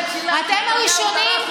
חמש שנים ישבת,